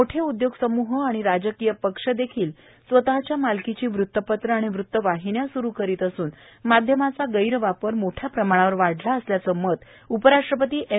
मोठे उदयोग समूह आणि राजकीय पक्ष देखील स्वतःच्या मालकिची वृतपत्रे आणि वृत वाहिण्या सूरू करत असून माध्यमांचा गैर वापर मोठ्या प्रमाणावर वाढला असल्याचं मत उपराष्ट्रपती एम